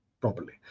properly